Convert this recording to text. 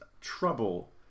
trouble